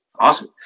awesome